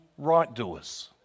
rightdoers